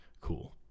cool